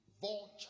vulture